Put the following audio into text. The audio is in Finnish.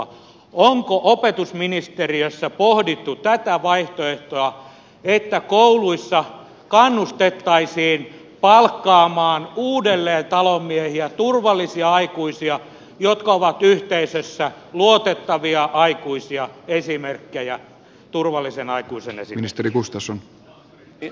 onko opetusministeriössä pohdittu tätä vaihtoehtoa että kouluissa kannustettaisiin palkkaamaan uudelleen talonmiehiä turvallisia aikuisia jotka ovat yhteisössä luotettavia aikuisia turvallisen aikuisen esimerkkejä